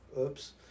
oops